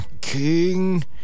king